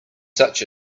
such